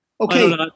Okay